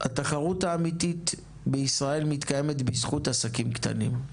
התחרות האמיתית בישראל מתקיימת בזכות עסקים קטנים,